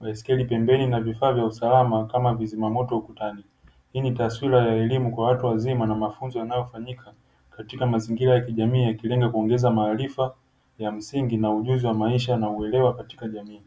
baiskeli pembeni na vya usalama vizimamoto ukutani. Hii ni taswira ya elimu kwa watu wazima na mafunzo yanayofanyika katika mazingira ya kijamii yakilenga kuongeza maarifa ya msingi na ujuzi wa maisha na uelewa katika jamii.